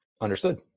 Understood